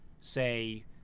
say